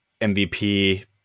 MVP